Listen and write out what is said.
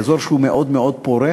באזור שהוא מאוד מאוד פורה,